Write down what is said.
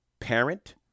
parent